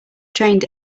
trained